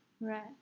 Right